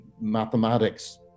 mathematics